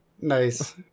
Nice